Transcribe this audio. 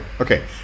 okay